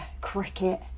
cricket